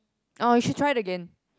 orh you should try it again